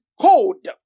code